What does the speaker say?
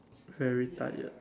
very tired